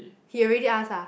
he already ask ah